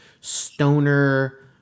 stoner